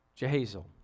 Jehazel